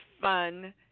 fun